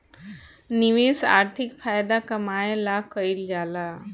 निवेश आर्थिक फायदा कमाए ला कइल जाला